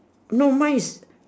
no mine's